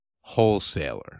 wholesaler